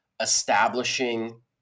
establishing